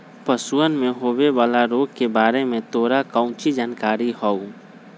पशुअन में होवे वाला रोग के बारे में तोरा काउची जानकारी हाउ?